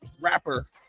rapper